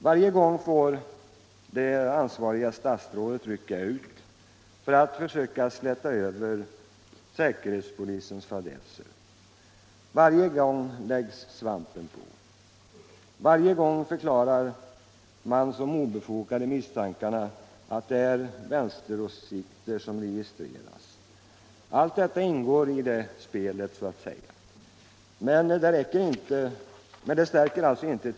Varje gång får det ansvariga statsrådet rycka ut för att försöka släta över säkerhetspolisens fadäser. Varje gång läggs svampen på. Varje gång förklarar man som obefogade misstankarna om att det är vänsteråsikter . Nr 89 som registreras. Allt detta ingår i spelet så att säga, men det stärker Onsdagen den inte tilltron till försäkringarna.